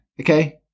Okay